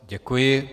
Děkuji.